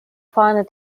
final